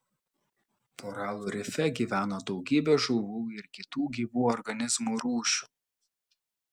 koralų rife gyvena daugybė žuvų ir kitų gyvų organizmų rūšių